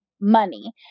money